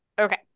okay